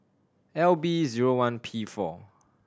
L B zero one P four